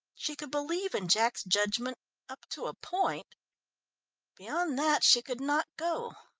she could believe in jack's judgment up to a point beyond that she could not go.